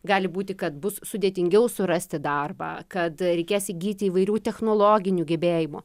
gali būti kad bus sudėtingiau surasti darbą kad reikės įgyti įvairių technologinių gebėjimų